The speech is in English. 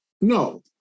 No